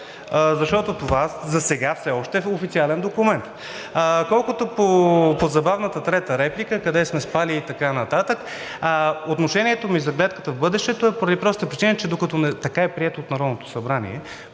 защото това засега все още е в официален документ. Колкото по забавната трета реплика – къде сме спали и така нататък. Отношението ми за гледката в бъдещето е поради простата причина, че така е прието от Народното събрание